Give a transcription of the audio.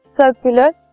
circular